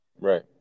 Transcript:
Right